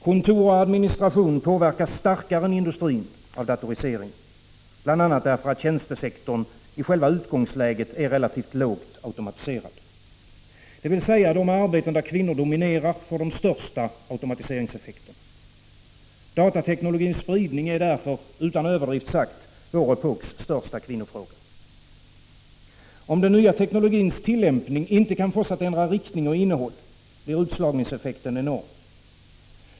Kontor och administration påverkas starkare än industrin av datoriseringen, bl.a. därför att tjänstesektorn i utgångsläget är relativt lågt automatiserad. De arbeten där kvinnor dominerar får således de största automatiseringseffekterna. Datateknologins spridning är därför, utan överdrift, vår epoks största kvinnofråga. Om den nya teknologins tillämpning inte kan ändras när det gäller riktning och innehåll, blir utslagningseffekten enorm.